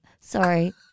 Sorry